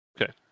Okay